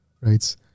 right